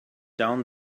down